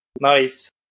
Nice